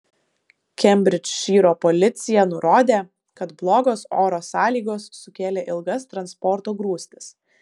kembridžšyro policija nurodė kad blogos oro sąlygos sukėlė ilgas transporto grūstis